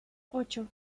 ocho